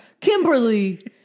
Kimberly